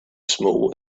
small